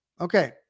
Okay